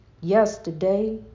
Yesterday